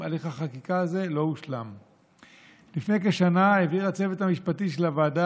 שוחחתי עם פרופ' יוסי שיין לפני דקות ספורות,